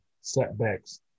Setbacks